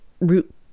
root